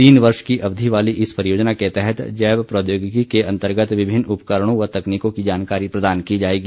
तीन वर्ष की अवधि वाली इस परियोजना के तह जैव प्रौद्योगिकी के अन्तर्गत विभिन्न उपकरणों व तकनीकों की जानकारी प्रदान की जाएगी